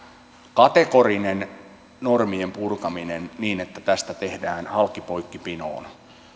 kategorinen normien purkaminen niin että tästä tehdään halki poikki pinoon